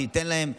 שייתן להם,